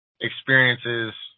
experiences